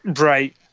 Right